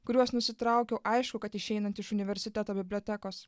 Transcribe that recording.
kuriuos nusitraukiau aišku kad išeinant iš universiteto bibliotekos